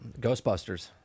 Ghostbusters